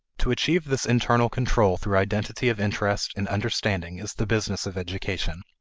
to achieve this internal control through identity of interest and understanding is the business of education.